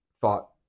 thought